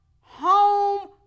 home